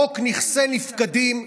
1. חוק נכסי נפקדים,